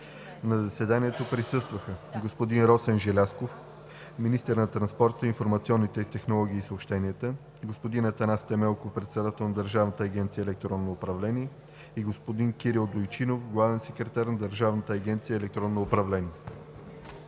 На заседанието присъстваха: господин Росен Желязков – министър на транспорта, информационните технологии и съобщенията, господин Атанас Темелков – председател на Държавна агенция „Електронно управление“, и господин Кирил Дойчинов – главен секретар на Държавна агенция „Електронно управление“.